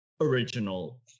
original